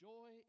Joy